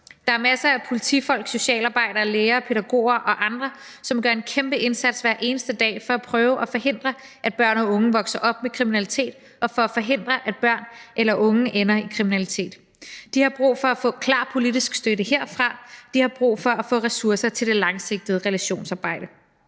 Der er masser af politifolk, socialarbejdere, lærere, pædagoger og andre, som gør en kæmpe indsats hver eneste dag for at prøve at forhindre, at børn og unge vokser op med kriminalitet, og for at forhindre, at børn og unge ender i kriminalitet. De har brug for at få klar politisk støtte herfra, de har brug for at få ressourcer til det langsigtede relationsarbejde.